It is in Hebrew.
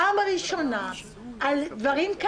עכשיו אתה מציע ציר משפטי שעל פניו, אם אני